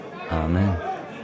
Amen